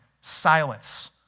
silence